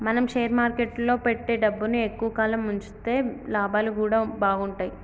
మనం షేర్ మార్కెట్టులో పెట్టే డబ్బుని ఎక్కువ కాలం వుంచితే లాభాలు గూడా బాగుంటయ్